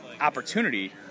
opportunity